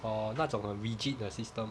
or 那种很 rigid 的 system